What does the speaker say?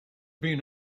been